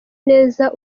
neza